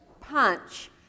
punch